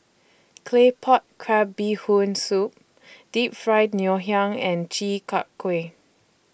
Claypot Crab Bee Hoon Soup Deep Fried Ngoh Hiang and Chi Kak Kuih